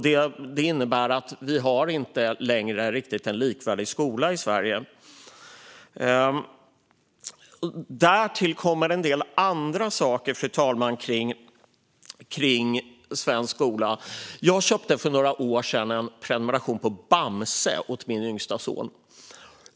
Det innebär att vi inte längre har en likvärdig skola i Sverige. Därtill kommer en del andra saker när det gäller svensk skola. Jag köpte för några år sedan en prenumeration på Bamse åt min yngsta son.